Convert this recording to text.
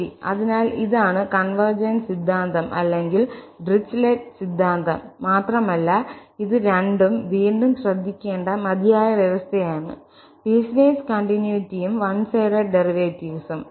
ശരി അതിനാൽ ഇതാണ് കൺവെർജെൻസ് സിദ്ധാന്തം അല്ലെങ്കിൽ ഡിറിച്ലെറ്റ് സിദ്ധാന്തം മാത്രമല്ല ഇത് രണ്ടും വീണ്ടും ശ്രദ്ധിക്കേണ്ട മതിയായ വ്യവസ്ഥയാണ് പീസ്വേസ് കണ്ടിന്യൂറ്റിയും വൺ സൈഡഡ് ഡെറിവേറ്റീവ്സും